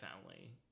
family